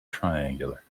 triangular